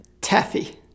taffy